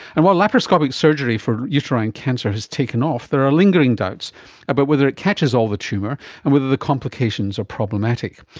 and while laparoscopic surgery for uterine cancer has taken off, there are lingering doubts about whether it catches all the tumour and whether the complications are problematic.